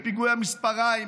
בפיגועי המספריים,